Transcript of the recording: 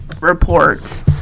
report